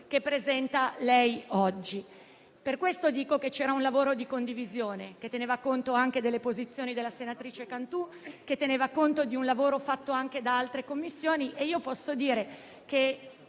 che presenta lei oggi. Per questo dico che c'era un lavoro di condivisione, che teneva conto anche della posizione della senatrice Cantù e del lavoro fatto dalle altre Commissioni. Posso dire che